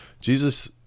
Jesus